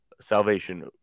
salvation